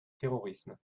terrorisme